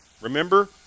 Remember